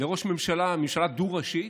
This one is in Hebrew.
לראש ממשלה, ממשלה דו-ראשית,